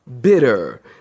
bitter